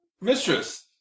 Mistress